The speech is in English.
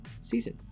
season